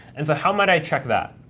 and so how might i check that?